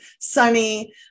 sunny